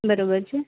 બરોબર છે